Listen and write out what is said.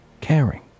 caring